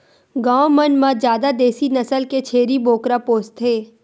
गाँव मन म जादा देसी नसल के छेरी बोकरा पोसथे